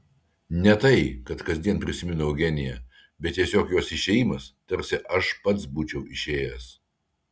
ne tai kad kasdien prisimenu eugeniją bet tiesiog jos išėjimas tarsi aš pats būčiau išėjęs